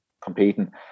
competing